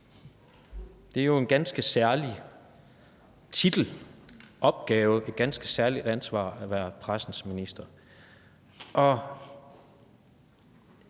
Det er jo en ganske særlig titel og opgave og et ganske særligt ansvar at være pressens minister,